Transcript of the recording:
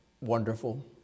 wonderful